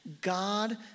God